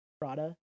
Prada